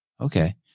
okay